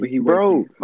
Bro